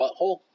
butthole